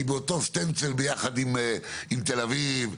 עם אותו סטנסיל ביחד עם תל אביב,